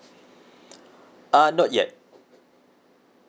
uh not yet